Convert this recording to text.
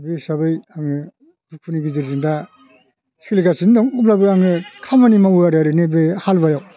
दा बे हिसाबै आङो दुखुनि गेजेरजों दा सोलिगासिनो दं अब्लाबो आङो खामानि मावो आरो ओरैनो बे हालुवायाव